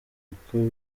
uko